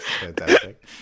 Fantastic